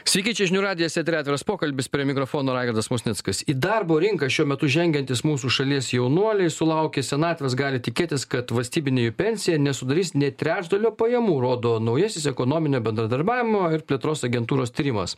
sveiki čia žinių radijas eteryje atviras pokalbis prie mikrofono raigardas musnickas į darbo rinką šiuo metu žengiantys mūsų šalies jaunuoliai sulaukę senatvės gali tikėtis kad vastybinė jų pensija nesudarys nė trečdalio pajamų rodo naujasis ekonominio bendradarbiavimo ir plėtros agentūros tyrimas